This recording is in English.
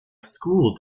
school